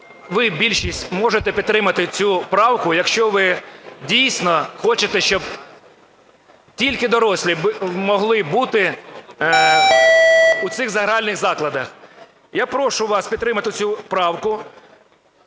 ви, більшість, можете підтримати цю правку, якщо ви, дійсно, хочете, щоб тільки дорослі могли бути у цих гральних закладах. Я прошу вас підтримати цю правку.